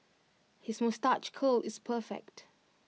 his moustache curl is perfect